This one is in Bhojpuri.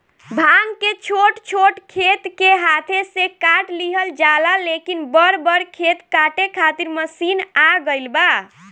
भांग के छोट छोट खेत के हाथे से काट लिहल जाला, लेकिन बड़ बड़ खेत काटे खातिर मशीन आ गईल बा